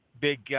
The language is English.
big